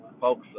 folks